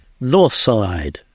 Northside